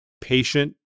patient